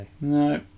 No